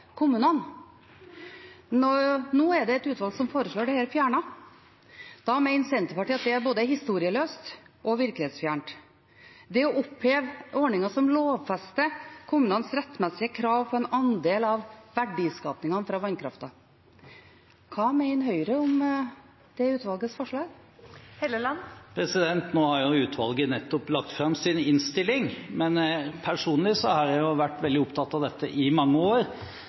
kommunene. Nå er det et utvalg som foreslår dette fjernet. Senterpartiet mener at det er både historieløst og virkelighetsfjernt å oppheve ordninger som lovfester kommunenes rettmessige krav på en andel av verdiskapingen fra vannkraften. Hva mener Høyre om utvalgets forslag? Nå har jo utvalget nettopp lagt fram sin innstilling, men personlig har jeg vært veldig opptatt av dette i mange år.